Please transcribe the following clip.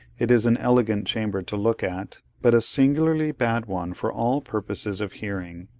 it is an elegant chamber to look at, but a singularly bad one for all purposes of hearing.